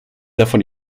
davon